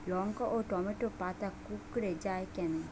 লঙ্কা ও টমেটোর পাতা কুঁকড়ে য়ায় কেন?